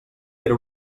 era